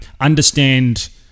understand